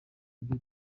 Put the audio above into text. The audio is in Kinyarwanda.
ibyo